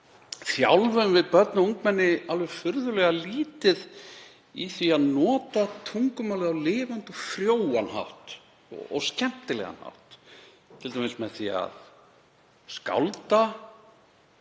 þjálfum við börn og ungmenni alveg furðulega lítið í því að nota tungumálið á lifandi og frjóan hátt og skemmtilegan hátt, t.d. með því að skálda